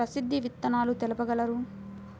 ప్రసిద్ధ విత్తనాలు తెలుపగలరు?